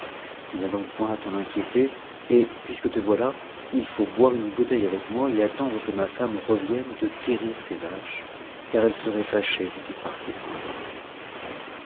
tu n'as donc point à t'en inquiéter et puisque te voilà il faut boire une bouteille avec moi et attendre que ma femme revienne de querir ses vaches car elle serait fâchée si tu partais sans l'avoir vue